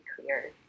clear